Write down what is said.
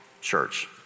church